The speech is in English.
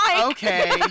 Okay